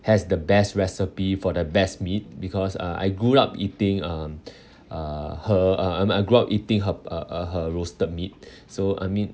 has the best recipe for the best meat because uh I grew up eating um uh her uh um I grew up eating her uh uh her roasted meat so I mean